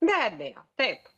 be abejo taip